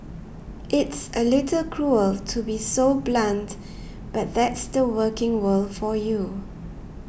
it's a little cruel to be so blunt but that's the working world for you